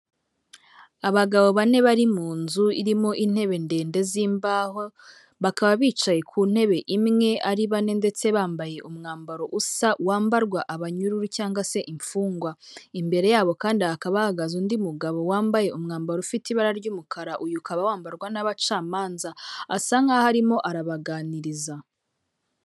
Abagabo bane bari mu nzu irimo intebe ndende z'imbaho. Bakaba bicaye ku ntebe imwe ari bane ndetse bambaye umwambaro usa wambarwa abanyururu cyangwa se imfungwa. Imbere yabo kandi hakaba hahagaze undi mugabo wambaye umwambaro ufite ibara ry'umukara. Uyu ukaba wambarwa n'abacamanza. Asa nkaho arimo arabaganiriza.